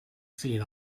seen